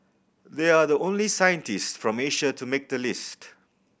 they are the only scientists from Asia to make the list